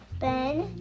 Ben